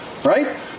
Right